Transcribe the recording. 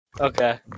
okay